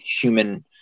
Human